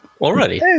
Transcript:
Already